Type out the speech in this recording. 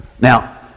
Now